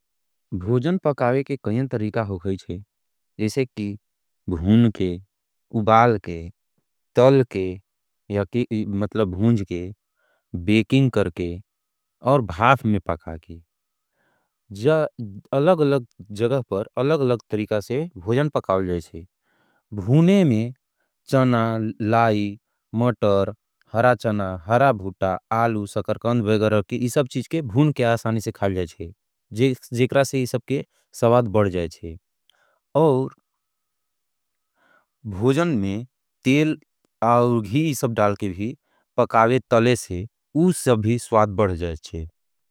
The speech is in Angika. भूजन पकावे के कईयां तरीका हो गई चे? जैसे की भून के, उबाल के, तल के, या की मतलब भूज के, बेकिंग कर के, और भाफ में पकागे। जया अलग अलग जगफ़ पर, अलग अलग तरीका से भूजन पकावे जाएचे। भूने में चना, लाई, मतर, हरा चना, हरा भूटा, आलू, सकर, कंद वे गरर के इसब चीज के भून के आसानी से खाल जाएचे। जेकरा से इसब के सवाद बढ़ जाएचे। और भूजन में तेल और घी इसब डाल के भी पकावे तले से, उसब भी सवाद बढ़ जाएचे।